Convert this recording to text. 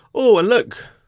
oh and look,